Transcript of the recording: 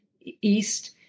East